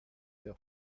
der